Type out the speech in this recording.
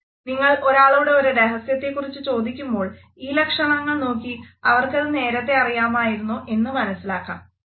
നിങ്ങൾ ഒരാളോട് ഒരു രഹസ്യത്തിനെക്കുറിച്ചു ചോദിക്കുമ്പോൾ ഈ ലക്ഷണങ്ങൾ നോക്കി അവർക്കത് നേരത്തെ അറിയാമായിരുന്നോ എന്ന് മനസ്സിലാക്കാനാകും